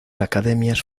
academias